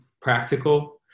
practical